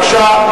בבקשה.